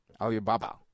Alibaba